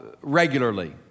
regularly